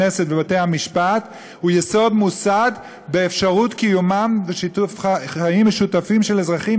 הכנסת ובתי-המשפט היא יסוד מוסד באפשרות קיומם וחיים משותפים של אזרחים